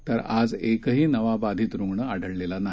तर आज एकही नवा बाधीत रुग्ण आढळला नाही